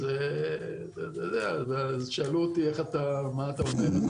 אז שאלו אותי מה אתה אומר על זה?